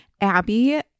Abby